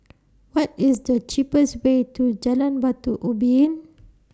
What IS The cheapest Way to Jalan Batu Ubin